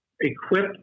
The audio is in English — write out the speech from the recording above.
equip